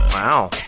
Wow